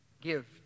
give